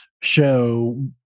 show